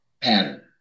pattern